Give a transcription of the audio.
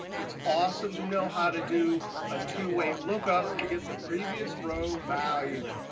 it's awesome to know how to do a two-way lookup to get the previous row value.